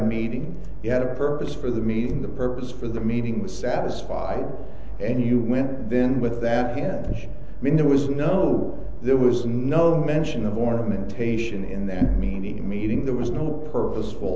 meeting you had a purpose for the meeting the purpose for the meeting was satisfied and you went then with that handshake i mean there was no there was no mention of ornamentation in the end meaning meeting there was no purposeful